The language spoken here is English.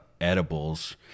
edibles